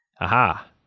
Aha